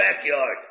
backyard